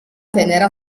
tenera